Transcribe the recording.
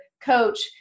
coach